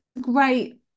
great